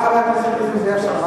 חבר הכנסת נסים זאב, תודה.